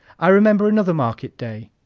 i remember another market day,